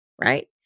right